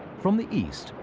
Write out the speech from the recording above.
from the east,